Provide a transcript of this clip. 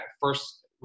first